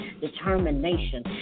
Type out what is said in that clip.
determination